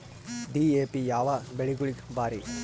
DAP ಯಾವ ಬೆಳಿಗೊಳಿಗ ಭಾರಿ?